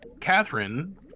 Catherine